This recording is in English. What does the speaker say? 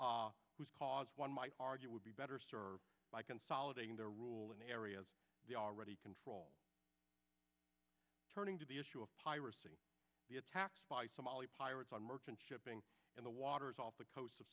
cause one might argue would be better served by consolidating their rule in areas they already control turning to the issue of piracy the attacks by somali pirates on merchant shipping in the waters off the coast of